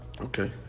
Okay